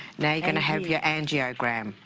now you're gonna have your angiogram.